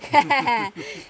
ha ha ha